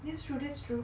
that's true that's true